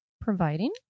Providing